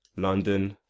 london